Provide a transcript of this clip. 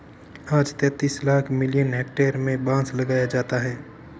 आज तैंतीस लाख मिलियन हेक्टेयर में बांस लगाया जाता है